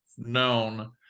Known